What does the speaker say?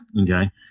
okay